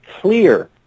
clear